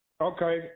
Okay